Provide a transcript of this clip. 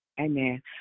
Amen